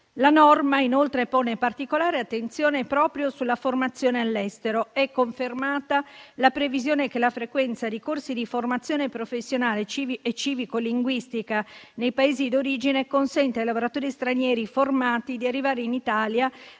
La norma, inoltre, pone particolare attenzione proprio sulla formazione all'estero. È confermata la previsione che la frequenza di corsi di formazione professionale e civico-linguistica nei Paesi d'origine consente ai lavoratori stranieri formati di arrivare in Italia